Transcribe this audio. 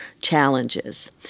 challenges